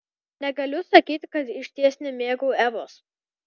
negaliu sakyti kad išties nemėgau evos